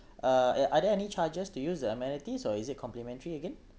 uh are are there any charges to use the amenities or is it complimentary again